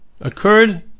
occurred